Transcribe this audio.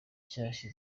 nshyashya